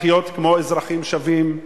לחיות כמו אזרחים שווים,